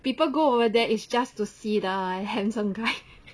people go over there is just to see the handsome guy